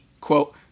quote